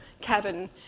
cabin